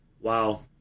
Wow